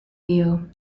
view